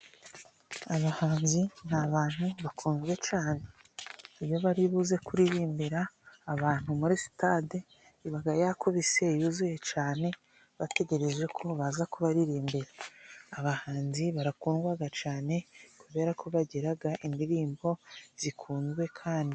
Abahanzi ni abantu bakunzwe cyane, iyo bari buze kuririmbira abantu muri sitade iba yakubise yuzuye cyane bategerejeko baza kubaririmbira. Abahanzi barakundwa cyane kuberako bagira indirimbo zikunzwe kandi...